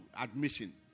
admission